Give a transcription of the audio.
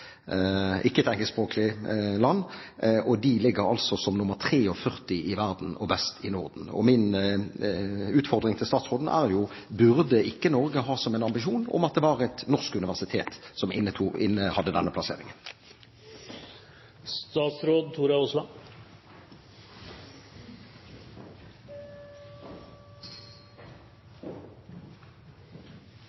ikke i et engelskspråklig land, og det ligger som nr. 43 i verden og best i Norden. Min utfordring til statsråden er: Burde ikke Norge ha som en ambisjon at det var et norsk universitet som innehadde denne